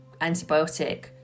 antibiotic